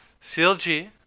CLG